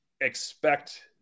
expect